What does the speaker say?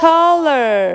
Taller